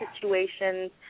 situations